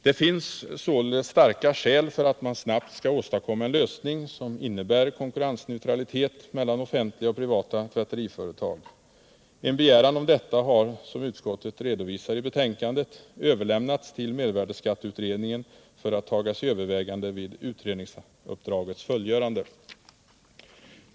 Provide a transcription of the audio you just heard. Det finns således starka skäl för att man snabbt skall åstadkomma en lösning som innebär konkurrensneutralitet mellan offentliga och privata tvätteriföretag. En begäran om detta har, som utskottet redovisar i betänkandet, överlämnats till mervärdeskatteutredningen för att tas i övervägande vid utredningsuppdragets fullgörande.